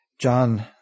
John